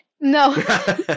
No